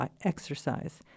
exercise